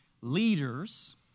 leaders